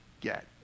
get